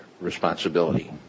responsibility